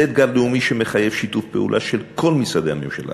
זה אתגר לאומי שמחייב שיתוף פעולה של כל משרדי הממשלה